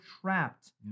trapped